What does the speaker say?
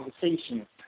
conversation